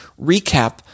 recap